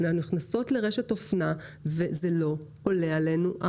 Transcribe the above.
אנחנו נכנסות לרשת אופנה והבגד לא עולה עלינו.